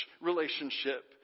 relationship